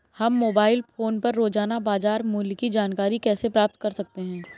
हम mobile phone पर रोजाना बाजार मूल्य की जानकारी कैसे प्राप्त कर सकते हैं?